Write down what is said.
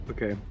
Okay